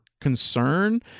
concern